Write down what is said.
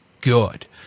good